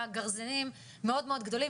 גרזנים מאוד מאוד גדולים,